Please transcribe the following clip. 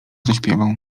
zaśpiewał